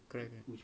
correct correct